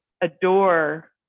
adore